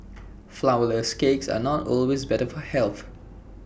Flourless Cakes are not always better for health